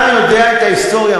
אתה יודע את ההיסטוריה,